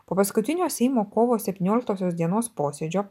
po paskutinio seimo kovo septynioliktosios dienos posėdžio